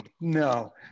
No